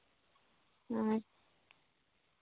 ᱦᱮᱸ